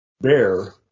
bear